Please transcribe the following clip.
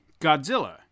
Godzilla